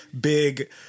big